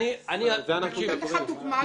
אני נותנת לך דוגמה.